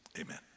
Amen